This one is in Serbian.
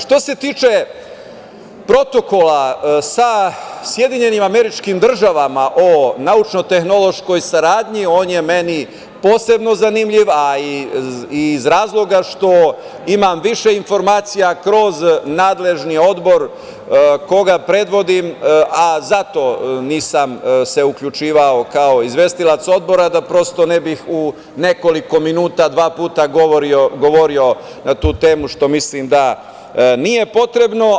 Što se tiče Protokola sa SAD o naučno-tehnološkoj saradnji, on je meni posebno zanimljiv iz razloga što imam više informacija kroz nadležni obor koga predvodim, a zato se nisam uključivao kao izvestilac odbora, da prosto ne bih u nekoliko minuta dva puta govorio na tu temu, što mislim da nije potrebno.